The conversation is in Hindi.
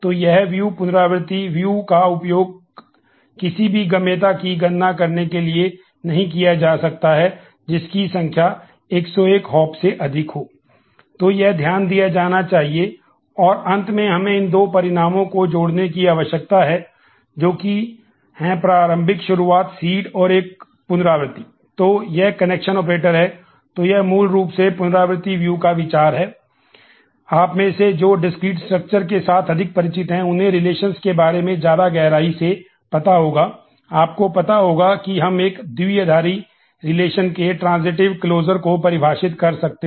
तो यह ध्यान दिया जाना चाहिए और अंत में हमें इन दो परिणामों को जोड़ने की आवश्यकता है जो कि है प्रारंभिक शुरुआती सीड से पहुंचे जा सकते हैं